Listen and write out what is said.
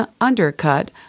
undercut